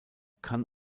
kann